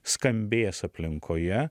skambės aplinkoje